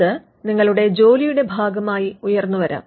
അത് നിങ്ങളുടെ ജോലിയുടെ ഭാഗമായി ഉയർന്നുവരാം